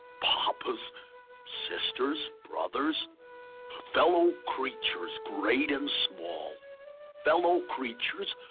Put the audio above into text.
papas sisters, brothers fellow creatures, great and small fellow creatures,